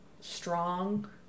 strong